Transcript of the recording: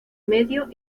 medio